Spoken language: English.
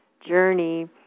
journey